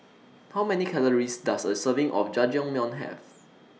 How Many Calories Does A Serving of Jajangmyeon Have